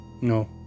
No